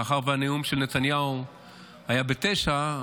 מאחר שהנאום של נתניהו היה ב-21:00,